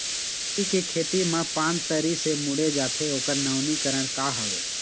मिर्ची के खेती मा पान तरी से मुड़े जाथे ओकर नवीनीकरण का हवे?